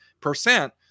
percent